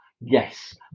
Yes